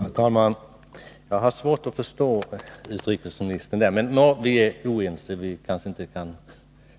Herr talman! Jag har svårt att förstå utrikesministern på den punkten. Nåväl, vi är oense. Vi kanske inte kan